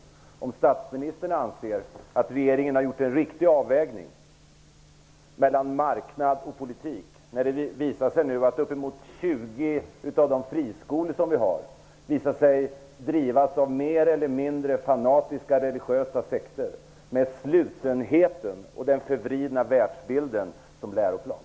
Därför skulle jag vilja fråga om statsministern anser att regeringen har gjort en riktig avvägning mellan marknad och politik. Nu visar det sig att uppemot 20 av de friskolor som vi har drivs av mer eller mindre fanatiska religiösa sekter med slutenheten och den förvridna världsbilden som läroplan.